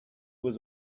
was